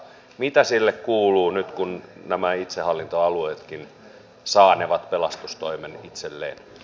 mitä sille kuuluu nyt kun nämä itsehallintoalueetkin saanevat pelastustoimen itselleen